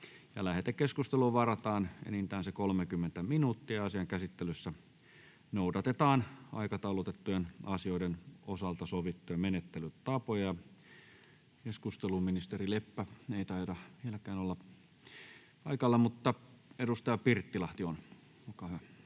Lähetekeskusteluun varataan enintään 30 minuuttia. Asian käsittelyssä noudatetaan aikataulutettujen asioiden osalta sovittuja menettelytapoja. — Ministeri Leppä ei taida olla paikalla, mutta edustaja Pirttilahti on. Olkaa hyvä.